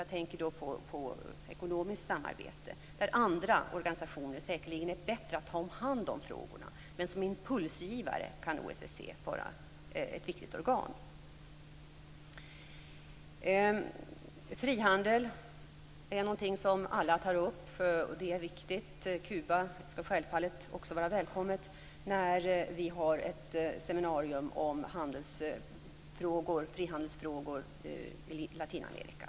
Jag tänker då på ekonomiskt samarbete. Andra organisationer är säkerligen bättre på att ta hand om frågorna, men som impulsgivare kan OSSE vara ett viktigt organ. Frihandel är något som alla tar upp, och det är viktigt. Kuba skall självfallet också vara välkommet när vi har ett seminarium om frihandelsfrågor i Latinamerika.